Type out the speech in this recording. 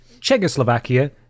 Czechoslovakia